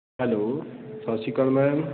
hello ਸਤਿ ਸ਼੍ਰੀ ਅਕਾਲ ਮੈਮ